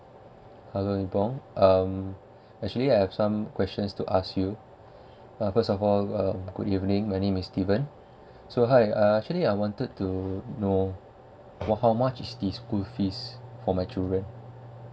hello nibong um actually I have some questions to ask you uh first of all uh good evening my name is steven so hi uh actually I wanted to know for how much is this school fees for my children